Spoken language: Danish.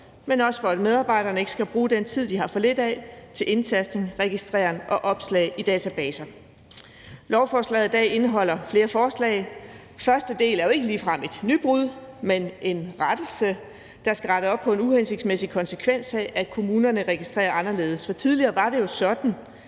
men også for, at medarbejderne ikke skal bruge den tid, de har for lidt af, til indtastning, registrering og opslag i databaser. Lovforslaget i dag indeholder flere forslag. Første del er jo ikke ligefrem et nybrud, men en rettelse, der skal rette op på en uhensigtsmæssig konsekvens af, at kommunerne registrerer anderledes. For tidligere var det jo sådan,